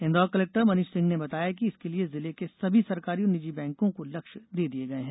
Indore collector Manish Singh ने बताया कि इसके लिए जिले के सभी सरकारी और निजी बैंकों को लक्ष्य दे दिए गए हैं